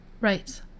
Right